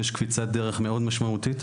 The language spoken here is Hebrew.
יש קפיצת דרך מאוד משמעותית,